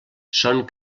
són